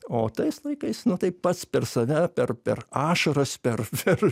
o tais laikais nu tai pats per save per per ašaras per per